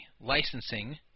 licensing